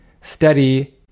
study